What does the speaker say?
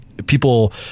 people